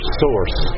source